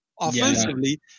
offensively